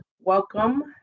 welcome